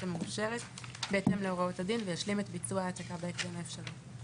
המאושרת בהתאם להוראות הדין וישלים את ביצוע ההעתקה בהקדם האפשרי.